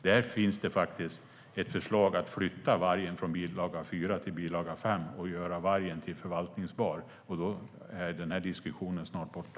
Där finns faktiskt ett förslag att flytta vargen från bilaga 4 till bilaga 5, och då blir vargen förvaltningsbar i varje land. Då är diskussionen snart borta.